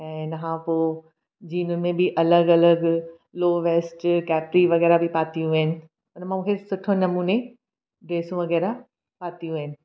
ऐं हिन खां पोइ जीन में बि अलॻि अलॻि लोवेस्ट केप्री वग़ैरह बि पातियूं आहिनि हिन मां मूंखे सुठे नमूने ड्रेसियूं वग़ैरह पातियूं आहिनि